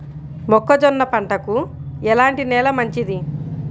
మొక్క జొన్న పంటకు ఎలాంటి నేల మంచిది?